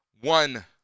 one